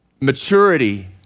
Maturity